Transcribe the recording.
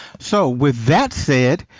so with that said,